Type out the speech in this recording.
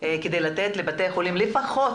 כדי לתת לבתי החולים הציבוריים לפחות,